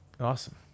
awesome